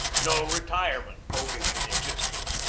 no retirement pro vision existed.